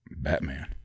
Batman